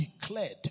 declared